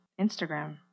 Instagram